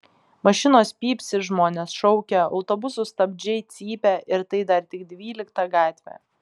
mašinos pypsi žmonės šaukia autobusų stabdžiai cypia ir tai dar tik dvylikta gatvė